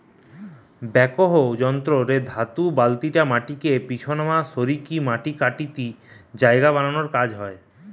backhoe যন্ত্র রে ধাতু বালতিটা মাটিকে পিছনমা সরিকি মাটি কাটিকি জায়গা বানানার কাজ হয়